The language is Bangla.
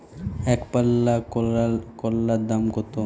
একপাল্লা করলার দাম কত?